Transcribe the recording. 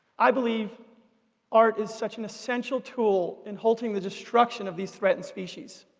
i believe art is such an essential tool in halting the destruction of these threatened species.